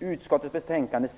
Det står på sidan 12 i utskottsbetänkandet